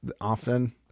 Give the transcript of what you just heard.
often